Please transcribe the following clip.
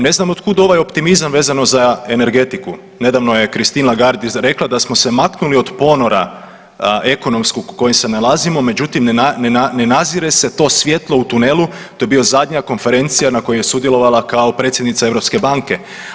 Ne znam od kud ovaj optimizam vezan za energetiku nedavno je Christine Lagarde rekla da smo se maknuli od ponora ekonomskog u kojem se nalazimo međutim ne na, ne nazire se to svjetlo u tunelu to je bio zadnja konferencija na kojoj je sudjelovala kao predsjednice Europske banke.